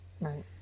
right